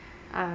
um